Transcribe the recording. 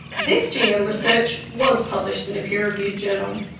this gm research was published in a peer-reviewed journal,